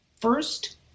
First